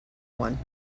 one